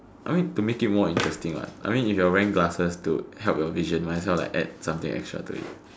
I mean to make it more interesting what I mean if you're wearing glasses to help your vision might as well add something extra to it